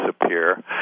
disappear